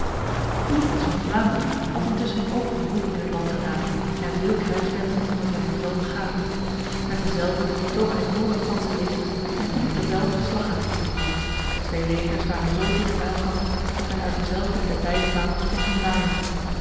philippus van vlaanderen had intussen ook een roep in het land gedaan en veel krijgsbenden onder zijn bevel vergaderd met dezelve toog hij vr het franse leger om philippe le bel de slag aan te bieden de twee legers waren zo dicht bij elkander dat men uit dezelve de beide vaandels kon zien waaien